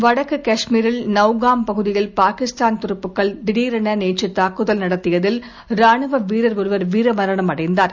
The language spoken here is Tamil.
வடக்கு காஷ்மீரில் நவ்காம் பகுதியில் பாகிஸ்தான் துருப்புகள் திடீரென நேற்று தாக்குதல் நடத்தியதில் ராணுவ வீரர் ஒருவர் வீர மரணம் அடைந்தார்